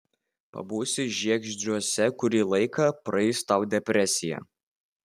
pabūsi žiegždriuose kurį laiką praeis tau depresija